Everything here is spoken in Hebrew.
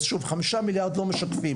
אז שוב, 5 מיליארד לא משקפים